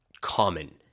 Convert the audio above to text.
common